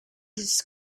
this